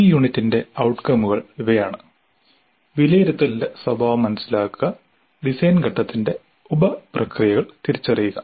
ഈ യൂണിറ്റിന്റെ ഔട്കമുകൾ ഇവയാണ് വിലയിരുത്തലിന്റെ സ്വഭാവം മനസ്സിലാക്കുക ഡിസൈൻ ഘട്ടത്തിന്റെ ഉപപ്രക്രിയകൾ തിരിച്ചറിയുക